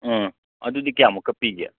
ꯎꯝ ꯑꯗꯨꯗꯤ ꯀꯌꯥꯃꯨꯛꯀ ꯄꯤꯒꯦ